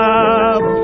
up